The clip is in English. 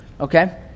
okay